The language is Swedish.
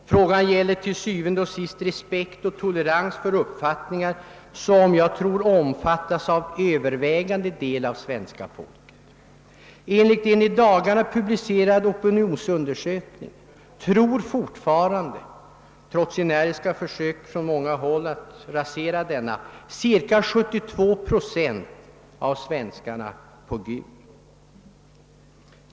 Frågan gäller til syvende og sidst respekt och tolerans för uppfattningar som jag tror omfattas av övervägande delen av svenska folket. Enligt en i dagarna publicerad opinionsundersökning tror fortfarande, trots energiska försök från många håll att rasera denna tro, cirka 72 procent av svenskarna på Gud.